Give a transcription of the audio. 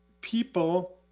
people